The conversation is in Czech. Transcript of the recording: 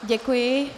Děkuji.